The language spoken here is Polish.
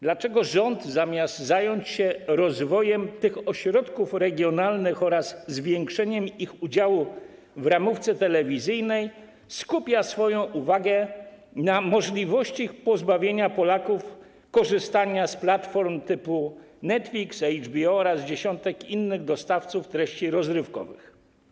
Dlaczego rząd, zamiast zająć się rozwojem tych ośrodków regionalnych oraz zwiększeniem ich udziału w ramówce telewizyjnej, skupia swoją uwagę na możliwości pozbawienia Polaków korzystania z platform typu Netflix, HBO oraz usług dziesiątek innych dostawców treści rozrywkowych?